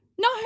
No